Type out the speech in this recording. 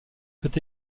peut